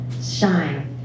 shine